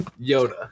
Yoda